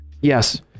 Yes